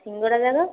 ସିଙ୍ଗଡ଼ା ଜାକ